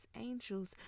angels